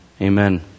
Amen